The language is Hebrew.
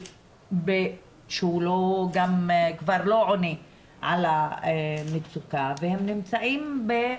וזה לא עונה על המצוקה והם נמצאים ב...